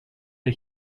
der